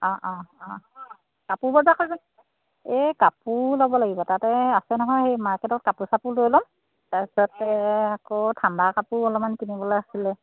অঁ অঁ অঁ কাপোৰ বজাৰ এই কাপোৰো ল'ব লাগিব তাতে আছে নহয় সেই মাৰ্কেটত কাপোৰ চাপোৰ লৈ ল'ম তাৰপিছতে আকৌ ঠাণ্ডা কাপোৰ অলপমান কিনিবলৈ আছিলে